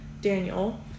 Daniel